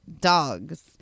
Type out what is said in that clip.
Dogs